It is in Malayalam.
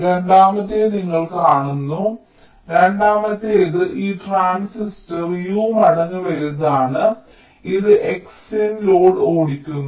രണ്ടാമത്തേത് നിങ്ങൾ കാണുന്നു രണ്ടാമത്തേത് ഈ ട്രാൻസിസ്റ്റർ U മടങ്ങ് വലുതാണ് ഇത് X Cin ലോഡ് ഓടിക്കുന്നു